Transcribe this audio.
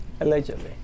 Allegedly